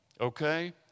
okay